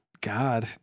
God